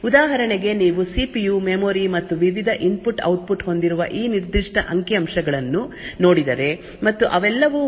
ಉದಾಹರಣೆಗೆ ನೀವು C P U memory ಮತ್ತು ವಿವಿಧ ಇನ್ಪುಟ್ ಔಟ್ಪುಟ್ ಹೊಂದಿರುವ ಈ ನಿರ್ದಿಷ್ಟ ಅಂಕಿಅಂಶಗಳನ್ನು ನೋಡಿದರೆ ಮತ್ತು ಅವೆಲ್ಲವೂ ಒಂದೇ ಡೇಟಾ ಮತ್ತು ವಿಳಾಸ ಬಸ್ ಅನ್ನು ಹಂಚಿಕೊಳ್ಳುತ್ತವೆ